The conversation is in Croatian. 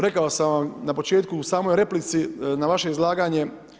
Rekao sam vam na početku u samoj replici na vaše izlaganje.